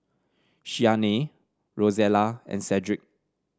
Shyanne Rosella and Sedrick